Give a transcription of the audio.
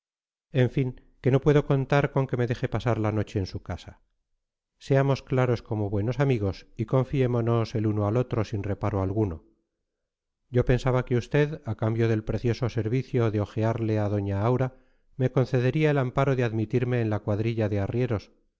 que no puedo contar con que me deje pasar la noche en su casa seamos claros como buenos amigos y confiémonos el uno al otro sin reparo alguno yo pensaba que usted a cambio del precioso servicio de ojearle a doña aura me concedería el amparo de admitirme en la cuadrilla de arrieros